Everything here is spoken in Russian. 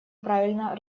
правильно